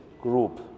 group